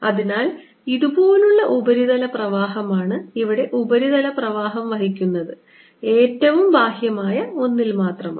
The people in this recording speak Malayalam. അതിനാൽ ഇതുപോലുള്ള ഉപരിതല പ്രവാഹമാണ് ഇവിടെ ഉപരിതല പ്രവാഹം വഹിക്കുന്നത് ഏറ്റവും ബാഹ്യമായ ഒന്നിൽ മാത്രമാണ്